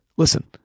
Listen